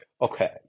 Okay